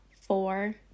Four